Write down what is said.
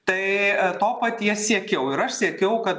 tai to paties siekiau ir aš siekiau kad